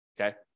Okay